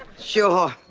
sure.